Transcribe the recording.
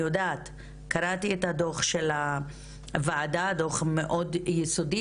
קראתי את הדוח של הוועדה - דוח מאוד יסודי,